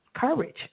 courage